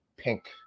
pink